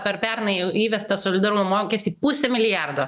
per pernai jau įvestą solidarumo mokestį pusę milijardo